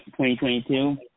2022